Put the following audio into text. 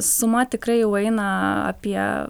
suma tikrai jau eina apie